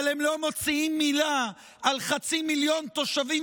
אבל הם לא מוציאים מילה על חצי מיליון תושבים